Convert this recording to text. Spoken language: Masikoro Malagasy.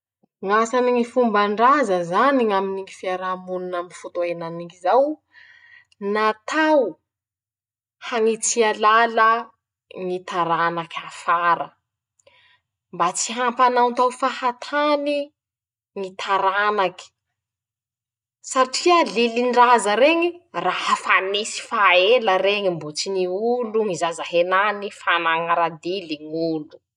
<...> Ñ'asany ñy fomban-draza zany: - Aminy ñy fiaramonina aminy fotoa enanikizao, natao hañitsia lala ñy taranaka afara, mba tsy hampanaontao fahatany ñy taranaky; satria lilin-draza reñy raha fa nisy fa ela reñe mbo tsy niolo ñy zaza henane fa nañara-dily ñ'olo.